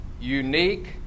unique